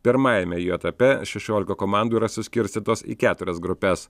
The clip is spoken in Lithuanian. pirmajame jo etape šešiolika komandų yra suskirstytos į keturias grupes